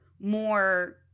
more